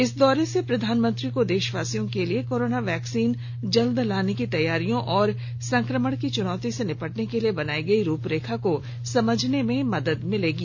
इस दौरे से प्रधानमंत्री को देशवासियों के लिए कोरोना वैक्सीन जल्दी लाने की तैयारियों और संक्रमण की चुनौती से निपटने के लिए बनाई गई रूपरेखा को समझने में मदद मिलेगी